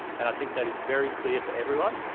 and i think that is very clear for everyone,